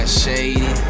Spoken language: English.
shady